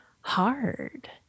hard